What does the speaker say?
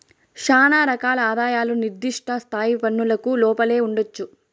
శానా రకాల ఆదాయాలు నిర్దిష్ట స్థాయి పన్నులకు లోపలే ఉండొచ్చు